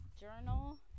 journal